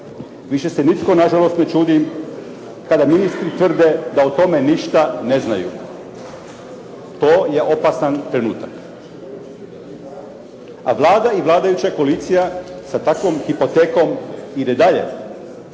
Više se nitko na žalost ne čudi kada ministri tvrde da o tome ništa ne znaju. To je opasan trenutak. A Vlada i vladajuća koalicija sa takvom hipotekom ide dalje,